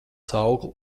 saukli